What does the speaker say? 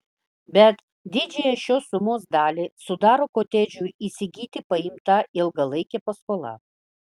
bet didžiąją šios sumos dalį sudaro kotedžui įsigyti paimta ilgalaikė paskola